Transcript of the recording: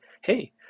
Hey